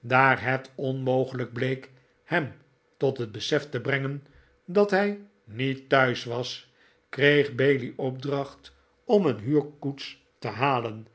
daar het onmogelijk bleek hem tot het besef te brengen dat hij niet thuis was kreeg bailey opdracht om een huurkoets te halen